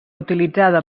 utilitzada